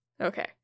okay